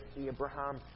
Abraham